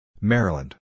Maryland